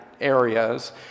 areas